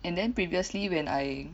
and then previously when I